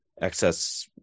excess